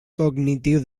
cognitiu